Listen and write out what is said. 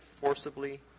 forcibly